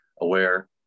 aware